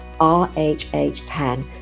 RHH10